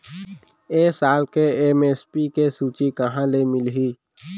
ए साल के एम.एस.पी के सूची कहाँ ले मिलही?